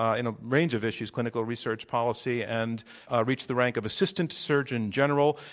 on a range of issues, clinical research policy, and reached the rank of assistant surgeon general.